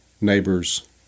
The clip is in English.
neighbors